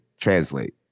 translate